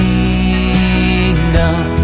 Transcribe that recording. Kingdom